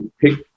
pick